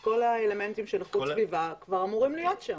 כל האלמנטים של איכות סביבה כבר אמורים להיות שם.